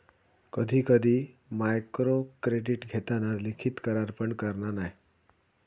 कधी कधी मायक्रोक्रेडीट घेताना लिखित करार पण करना नाय